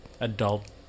adult